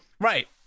right